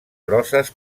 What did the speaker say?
grosses